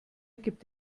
gibt